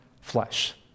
flesh